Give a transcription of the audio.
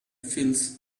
fills